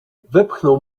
wepchnął